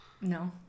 No